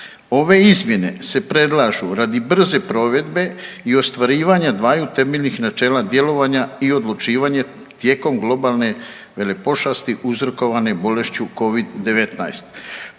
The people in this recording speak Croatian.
Ove izmjene se predlažu radi brze provedbe i ostvarivanja dvaju temeljnih načela djelovanja i odlučivanja tijekom globalne velepošasti uzrokovane bolešću Covid-19.